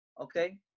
okay